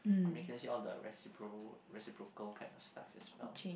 I mean can I see all the recipro~ reciprocal kind of stuff as well